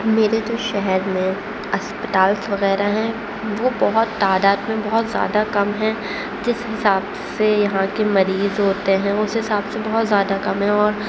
میرے جو شہر میں اسپتال وغیرہ ہیں وہ بہت تعداد میں بہت زیادہ کم ہیں جس حساب سے یہاں کے مریض ہوتے ہیں اس حساب سے بہت زیادہ کم ہیں اور